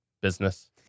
business